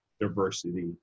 diversity